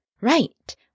Right